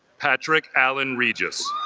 patrick allen regis